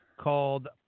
Called